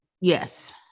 Yes